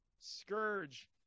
scourge